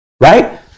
right